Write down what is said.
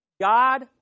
God